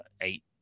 eight